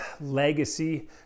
legacy